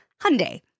Hyundai